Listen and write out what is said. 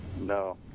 no